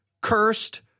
cursed